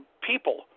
people